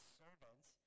servants